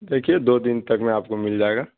دیکھیے دو دن تک میں آپ کو مل جائے گا